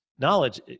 knowledge